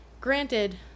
Granted